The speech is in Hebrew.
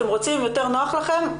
אם אתם רוצים ויותר נוח לכם,